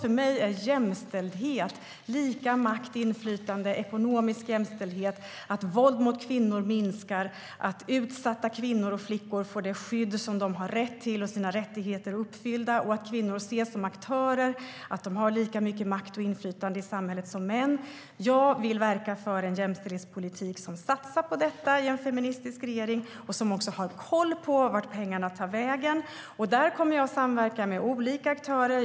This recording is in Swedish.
För mig är jämställdhet lika makt, inflytande, ekonomisk jämställdhet, att våld mot kvinnor minskar och att utsatta kvinnor och flickor får det skydd som de har rätt till och sina rättigheter uppfyllda. Jämställdhet är att kvinnor ses som aktörer och att de har lika mycket makt och inflytande i samhället som män. Jag vill verka för en jämställdhetspolitik som satsar på detta i en feministisk regering som också har koll på vart pengarna tar vägen. Jag kommer att samverka med olika aktörer.